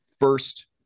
first